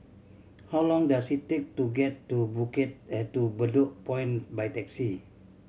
how long does it take to get to Bedok Point by taxi